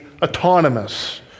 autonomous